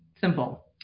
Simple